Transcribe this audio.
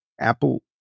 Apple